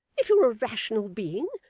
if you're a rational being,